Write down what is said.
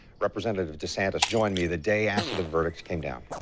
representative desantis joined me the day after the verdict came down.